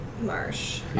Marsh